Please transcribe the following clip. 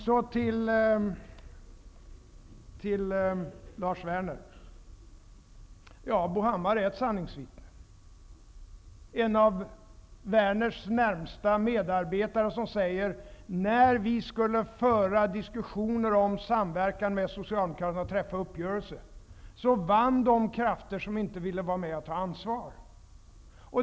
Så till Lars Werner. Ja, Bo Hammar är ett sanningsvittne. Han var en av Werners närmaste medarbetare, och han säger att när man i Vänsterpartiet skulle föra diskussioner om samverkan med Socialdemokraterna och träffa uppgörelser, vann de krafter som inte ville vara med och ta ansvar.